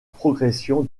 progression